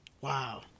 Wow